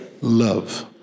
Love